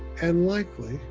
and likely,